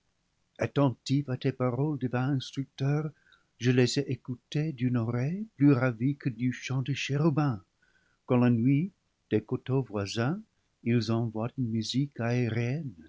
attentif à tes paroles divin instructeur je les ai écoutées d'une oreille plus ravie que du chant des chérubins quand la nuit des coteaux voisins ils envoient une musique aérienne